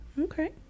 okay